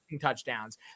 touchdowns